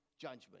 judgment